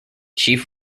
chief